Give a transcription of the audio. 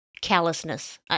callousness